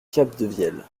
capdevielle